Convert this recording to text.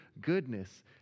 goodness